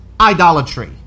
idolatry